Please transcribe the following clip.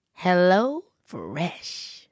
HelloFresh